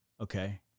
Okay